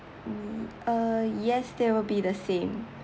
mm err yes that will be the same